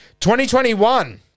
2021